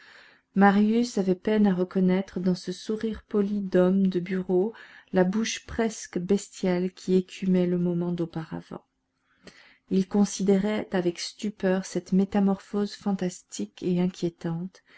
marius avait peine à reconnaître dans ce sourire poli d'homme de bureau la bouche presque bestiale qui écumait le moment d'auparavant il considérait avec stupeur cette métamorphose fantastique et inquiétante